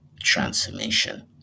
transformation